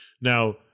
now